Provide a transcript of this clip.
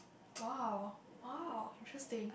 !wow! !wow! interesting